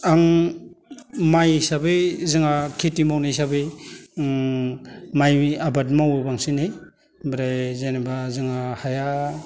आं माइ हिसाबै जोंहा खिथि मावनाय हिसाबै ओम माइ आबाद मावो बांसिनै ओमफ्राय जेनेबा जोंहा हाया